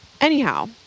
Anyhow